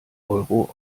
euro